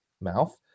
mouth